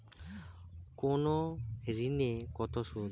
কোন ঋণে কত সুদ?